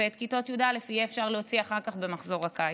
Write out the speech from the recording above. את כיתות י"א יהיה אפשר להוציא אחר כך במחזור הקיץ.